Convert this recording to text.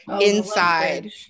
inside